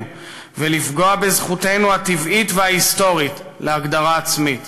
ולפגוע בזכותנו הטבעית וההיסטורית להגדרה עצמית.